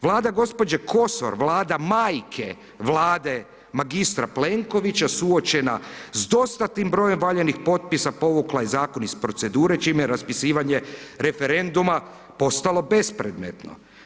Vlada gospođe Kosor, vlada majke Vlade magistra Plenkovića suočena s dostatnim brojem valjanih potpisa povukla je zakon iz procedure čim je raspisivanje referenduma postalo bespredmetno.